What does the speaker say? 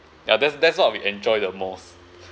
yeah that's that's what we enjoy the most